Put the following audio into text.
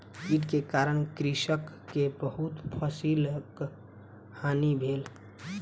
कीट के कारण कृषक के बहुत फसिलक हानि भेल